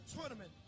tournament